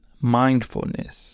mindfulness